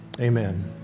Amen